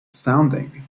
sounding